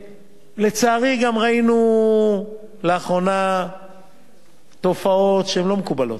לצערי, גם ראינו לאחרונה תופעות שהן לא מקובלות,